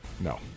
No